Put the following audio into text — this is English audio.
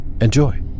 Enjoy